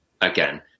again